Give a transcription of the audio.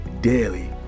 daily